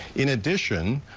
in addition,